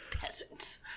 Peasants